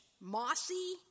mossy